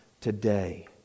today